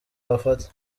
wafata